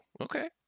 okay